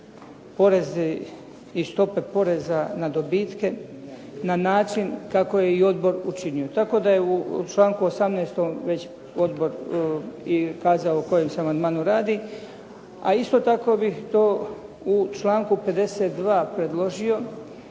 porezi i stope poreza na dobitke na način kako je i odbor učinio. Tako da je u članku 18. već odbor i kazao o kojem se amandmanu radi, a isto tako bih to u članku 52. predložio